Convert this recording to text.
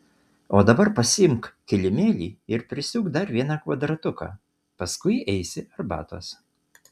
o dabar pasiimk kilimėlį ir prisiūk dar vieną kvadratuką paskui eisi arbatos